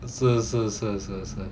是是是是是